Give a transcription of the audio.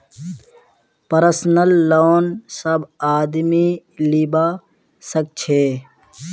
personal loan सब आदमी लीबा सखछे